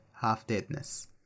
half-deadness